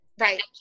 Right